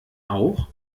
auch